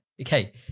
Okay